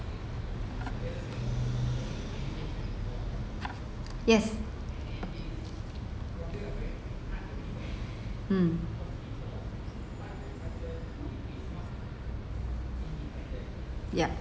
yes mm yup